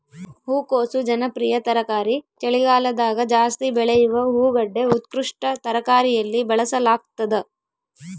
ಹೂಕೋಸು ಜನಪ್ರಿಯ ತರಕಾರಿ ಚಳಿಗಾಲದಗಜಾಸ್ತಿ ಬೆಳೆಯುವ ಹೂಗಡ್ಡೆ ಉತ್ಕೃಷ್ಟ ತರಕಾರಿಯಲ್ಲಿ ಬಳಸಲಾಗ್ತದ